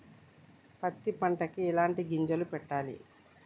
పత్తి పంటకి ఎలాంటి గింజలు పెట్టాలి?